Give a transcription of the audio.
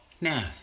Now